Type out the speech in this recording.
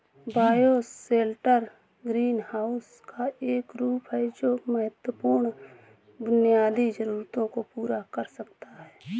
bioshelter greenhouse का एक रूप है जो महत्वपूर्ण बुनियादी जरूरतों को पूरा कर सकता है